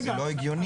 זה לא היוני.